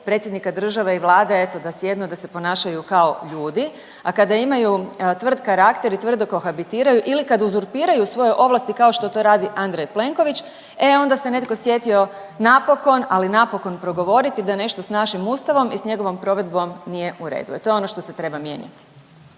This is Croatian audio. predsjednika države i Vlade, eto, da sjednu, da se ponašaju kao ljudi, a kada imaju tvrd karakter i tvrdo kohabitiraju ili kad uzurpiraju svoje ovlasti kao što to radi Andrej Plenković, e onda se netko sjetio napokon, ali napokon progovoriti da nešto s našim Ustavom i s njegovom provedbom nije u redu. E to je ono što se treba mijenjati.